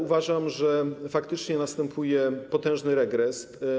Uważam, że faktycznie następuje potężny regres.